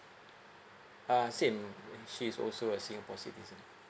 uh same she's also a singapore citizen